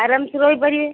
ଆରାମ ସେ ରହି ପାରିବେ